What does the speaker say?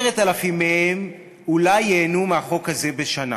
10,000 מהם אולי ייהנו מהחוק הזה בשנה,